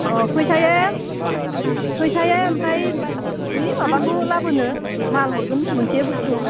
अ फैसाया फैसाया ओमफ्राय ओइ माबाखौ लाबोनो माल हरगोन मोनसे बस्तु